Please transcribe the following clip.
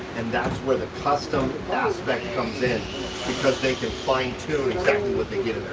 and that's where the custom aspect comes in because they can fine tune exactly what they get in their